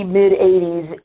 mid-80s